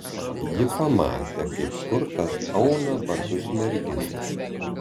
ji pamatė kaip kurtas auna batus merginai